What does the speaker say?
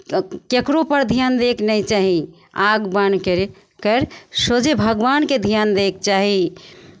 ककरोपर धियान दयके नहि चाही आँखि बन्द कर सोझे भगवानके धियान दयके चाही